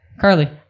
Carly